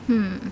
hmm